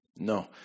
No